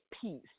peace